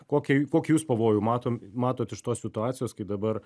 kokią kokį jūs pavojų matom matot iš tos situacijos kai dabar